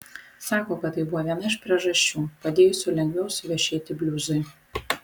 sako kad tai buvo viena iš priežasčių padėjusių lengviau suvešėti bliuzui